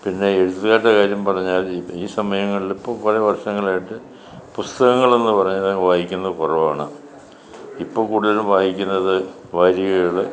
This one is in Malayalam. പിന്നെ എഴുത്തുകാരുടെ കാര്യം പറഞ്ഞാൽ ഈ സമയങ്ങളിൽ ഇപ്പോൾ പല വർഷങ്ങളായിട്ട് പുസ്തകങ്ങളെന്ന് പറയുന്നത് വായിക്കുന്നത് കുറവാണ് ഇപ്പോൾ കൂടുതൽ വായിക്കുന്നത് വാരികകൾ